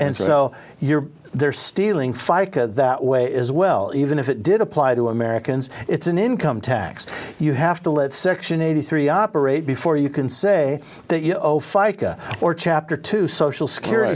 and so you're they're stealing fica that way as well even if it did apply to americans it's an income tax you have to let section eighty three operate before you can say that you know fica or chapter two social security